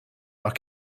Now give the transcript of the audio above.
leurs